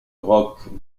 roc